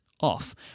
off